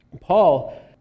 Paul